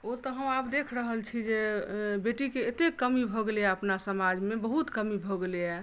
ओतऽ हम आब देख रहल छी जे बेटीके एतेक कमी भऽ गेल अपना समाजमे बहुत कमी भऽ गेलैया